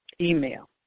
email